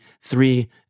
three